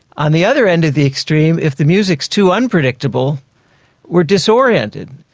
on the other end of the extreme, if the music is too unpredictable we are disoriented.